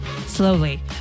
slowly